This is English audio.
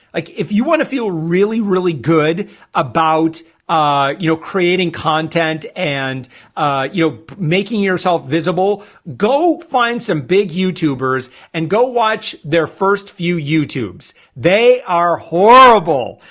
like if you want to feel really really good about ah you know creating content and you're making yourself visible go find some big youtubers and go watch their first few youtube's they are horrible,